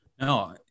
No